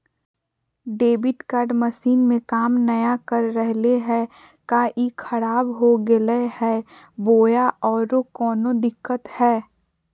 Debit card machine में काम नाय कर रहले है, का ई खराब हो गेलै है बोया औरों कोनो दिक्कत है?